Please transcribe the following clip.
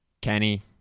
Kenny